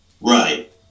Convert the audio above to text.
Right